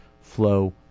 flow